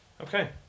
Okay